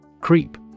CREEP